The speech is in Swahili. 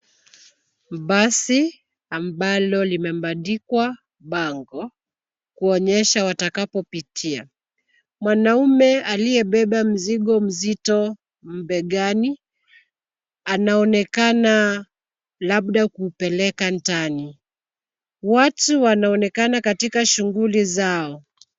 Basi ambalo limebadikwa bango kuonyesha watakapopitia. Mwanaume aliyebeba mizigo mzito begani anaonekana labda kuupeleka ndani. Watu wanaonekana katika shughuli zao.